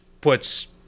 puts